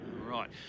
Right